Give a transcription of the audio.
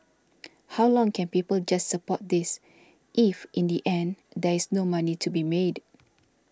how long can people just support this if in the end there is no money to be made